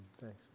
Thanks